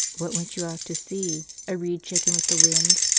what went you out to see? a reed shaken with the wind?